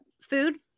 food